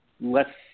less